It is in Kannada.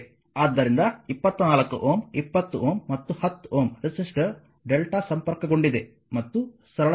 ಆದ್ದರಿಂದ 24 Ω 20 Ω ಮತ್ತು 10 Ω ರೆಸಿಸ್ಟರ್ Δ ಸಂಪರ್ಕಗೊಂಡಿದೆ ಮತ್ತು ಸರಳತೆಗಾಗಿ